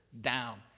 down